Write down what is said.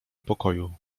pokoju